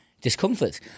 discomfort